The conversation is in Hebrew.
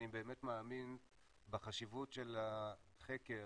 אני באמת מאמין בחשיבות של החקר,